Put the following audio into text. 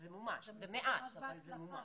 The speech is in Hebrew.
זה מומש, זה מעט, אבל זה מומש.